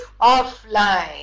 offline